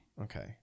okay